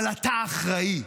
אבל אתה אחראי.